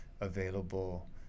available